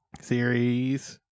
series